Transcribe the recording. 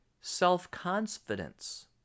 self-confidence